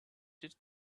did